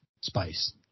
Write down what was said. spice